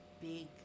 big